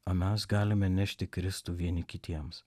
o mes galime nešti kristų vieni kitiems